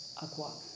ᱟᱠᱚᱣᱟᱜ